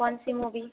कौनसी मूवी